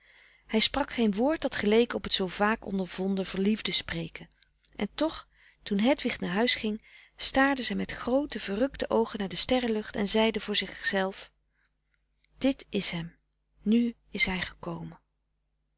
hij sprak geen woord dat geleek op het zoo vaak ondervonden verliefde spreken en toch toen hedwig naar huis ging staarde zij met groote verrukte oogen naar de sterrenlucht en zeide voor zich zelf dit is hem nu is hij gekomen